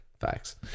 Facts